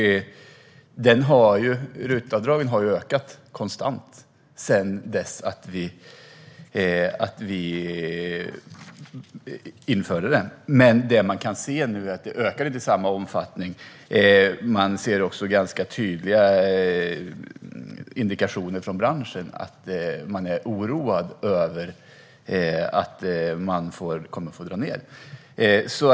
Antalet som gör RUT-avdrag har ökat konstant sedan det infördes. Men nu kan vi se att antalet inte ökar i samma omfattning, och det finns tydliga indikationer från branschen att det finns en oro för att behöva göra neddragningar.